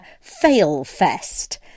fail-fest